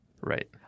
Right